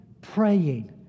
praying